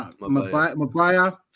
Maguire